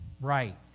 Right